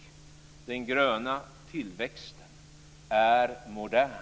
Den gröna tillväxten är modern.